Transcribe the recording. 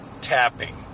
tapping